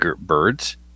birds